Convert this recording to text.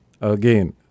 Again